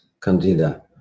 candida